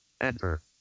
Enter